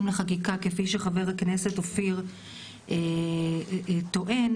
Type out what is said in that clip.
לחקיקה כפי שחבר הכנסת אופיר כץ טוען,